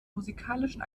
musikalischen